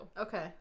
Okay